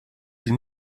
sie